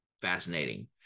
fascinating